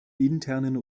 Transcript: internen